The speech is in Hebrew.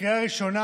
לקריאה הראשונה